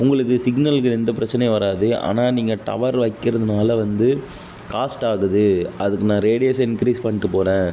உங்களுக்கு சிக்னலுக்கு எந்த பிரச்சனையும் வராது ஆனால் நீங்கள் டவர் வைக்கிறதுனால் வந்து காஸ்ட் ஆகுது அதுக்கு நான் ரேடியஸை இன்க்ரீஸ் பண்ணிட்டு போகிறேன்